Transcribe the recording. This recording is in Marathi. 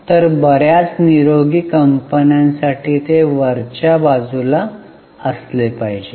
तर बर्याच निरोगी कंपन्यांसाठी ते वरच्या बाजूला असले पाहिजे